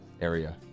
area